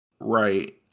Right